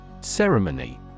Ceremony